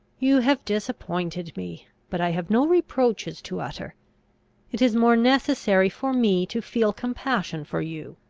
you have disappointed me, but i have no reproaches to utter it is more necessary for me to feel compassion for you,